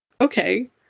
okay